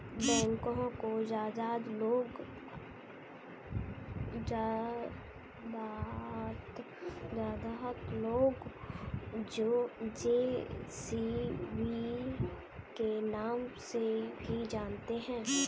backhoe को ज्यादातर लोग जे.सी.बी के नाम से भी जानते हैं